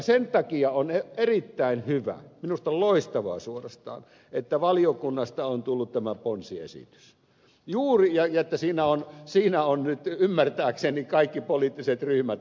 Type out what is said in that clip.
sen takia on erittäin hyvä minusta on loistavaa suorastaan että valiokunnasta on tullut tämä ponsiesitys ja että siinä ovat nyt ymmärtääkseni kaikki poliittiset ryhmät takana